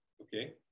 Okay